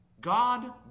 God